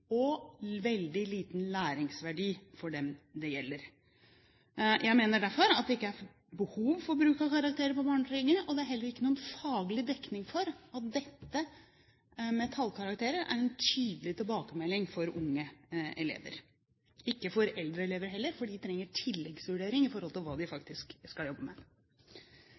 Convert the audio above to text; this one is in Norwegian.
og gir veldig liten læringsverdi for dem det gjelder. Jeg mener derfor at det ikke er behov for bruk av karakterer på barnetrinnet, og det er heller ikke noen faglig dekning for at dette med tallkarakterer er en tydelig tilbakemelding for unge elever – ikke for eldre elever heller, for de trenger tilleggsvurdering når det gjelder hva de faktisk skal jobbe med.